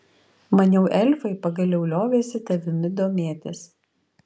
maniau elfai pagaliau liovėsi tavimi domėtis